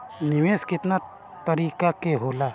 निवेस केतना तरीका के होला?